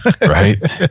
Right